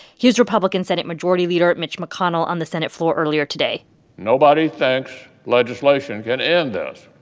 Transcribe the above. here's republican senate majority leader mitch mcconnell on the senate floor earlier today nobody thinks legislation can end this.